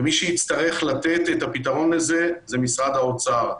מי שיצטרך לתת את הפתרון לזה הוא משרד האוצר.